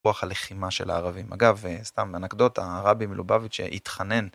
רוח הלחימה של הערבים אגב, וסתם אנקדוטה, הרבי מלובביץ' התחנן